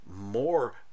more